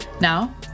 Now